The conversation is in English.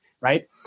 right